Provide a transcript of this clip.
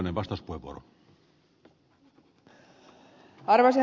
arvoisa herra puhemies